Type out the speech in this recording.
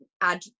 add